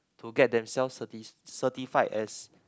to get themselves certi~ certified as